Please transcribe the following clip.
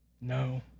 no